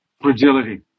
fragility